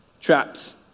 traps